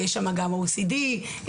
גם OCD,